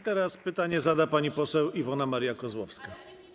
Teraz pytanie zada pani poseł Iwona Maria Kozłowska.